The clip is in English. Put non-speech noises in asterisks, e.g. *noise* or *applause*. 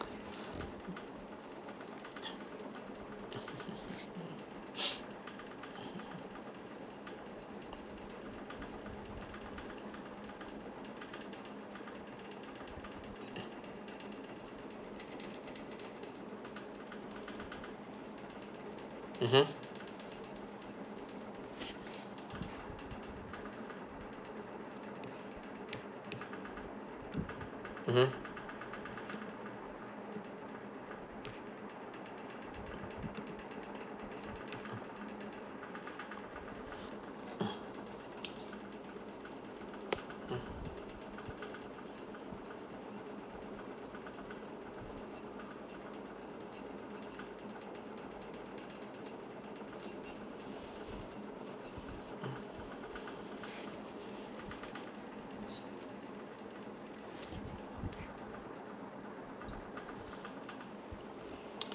*noise* mmhmm mmhmm *coughs* mm *breath*